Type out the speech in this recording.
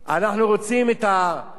הפתיחות הזאת, חופש הביטוי המלא.